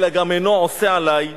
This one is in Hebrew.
אלא גם אינו עושה עלי רושם.